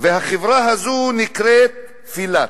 והחברה הזו נקראת "פילת",